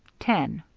ten.